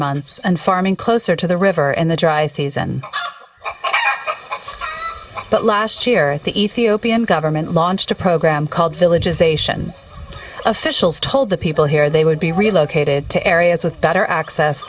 months and farming closer to the river and the dry season but last year the ethiopian government launched a program called villages ation officials told the people here they would be relocated to areas with better access